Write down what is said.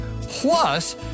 plus